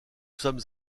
sommes